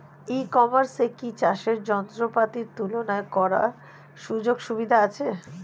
ই কমার্সে কি চাষের যন্ত্রপাতি তুলনা করার সুযোগ সুবিধা আছে?